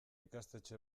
ikastetxe